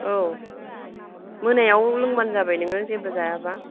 औ मोनायाव लोंबानो जाबाय नोङो जेबो जायाबा